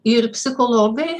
ir psichologai